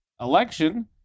election